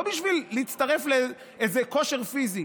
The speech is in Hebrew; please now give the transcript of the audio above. לא בשביל להצטרף לאיזה כושר פיזי,